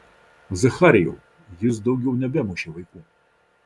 zacharijau jis daugiau nebemušė vaikų